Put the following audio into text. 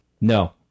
no